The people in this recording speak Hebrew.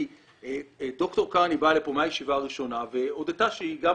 כי ד"ר קרני באה לפה מהישיבה הראשונה והודתה שהיא גם